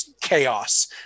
chaos